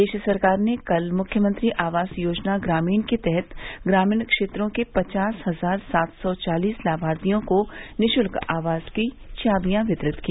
प्रदेश सरकार ने कल मुख्यमंत्री आवास योजना ग्रामीण के तहत ग्रामीण क्षेत्रों के पचास हज़ार सात सौ चालीस लाभार्थियों को निःशुत्क आवास की चाभियां वितरित की